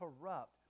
corrupt